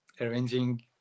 arranging